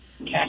Okay